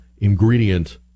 ingredient